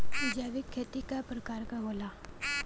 जैविक खेती कव प्रकार के होला?